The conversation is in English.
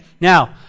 Now